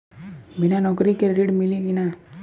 बिना नौकरी के ऋण मिली कि ना?